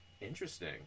Interesting